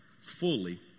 fully